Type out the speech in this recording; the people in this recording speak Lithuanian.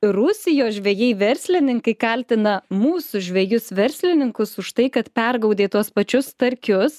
rusijos žvejai verslininkai kaltina mūsų žvejus verslininkus už tai kad pergaudė tuos pačius starkius